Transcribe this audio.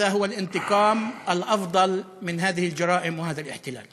זוהי הנקמה הטובה ביותר בפשעים האלה ובכיבוש הזה.)